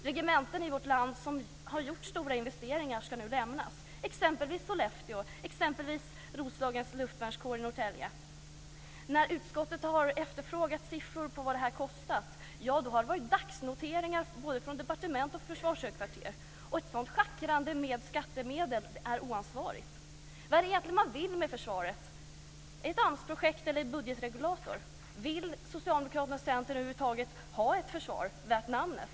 Regementen i vårt land som har gjort stora investeringar ska nu lämnas, t.ex. Sollefteå garnison och Roslagens luftvärnskår i Norrtälje. När utskottet har efterfrågat siffror på vad detta har kostat har det varit dagsnoteringar både från departementet och från försvarshögkvarteret. Ett sådant schackrande med skattemedel är oansvarigt. Vad är det man vill med försvaret? Är det ett AMS-projekt eller en budgetregulator? Vill Socialdemokraterna och Centern över huvud taget ha ett försvar värt namnet?